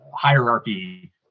hierarchy